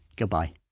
goodbye